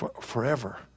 forever